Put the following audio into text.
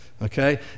Okay